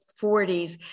40s